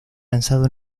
lanzado